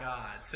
God